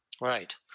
Right